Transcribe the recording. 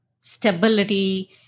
stability